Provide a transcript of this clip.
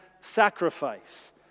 sacrifice